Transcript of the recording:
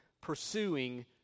pursuing